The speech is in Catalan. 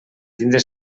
tindre